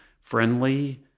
friendly